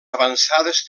avançades